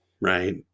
right